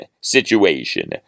situation